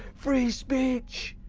free speech!